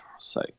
say